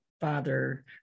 father